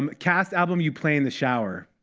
um cast album you play in the shower.